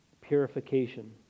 purification